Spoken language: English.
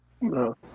No